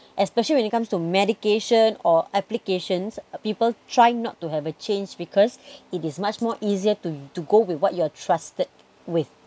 especially when it comes to medication or applications people try not to have a change because it is much more easier to to go with what you're trusted with